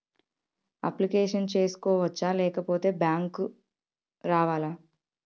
Application చేసుకోవచ్చా లేకపోతే bank రావాలా?